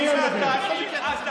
תני לה לדבר, בבקשה.